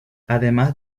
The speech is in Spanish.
además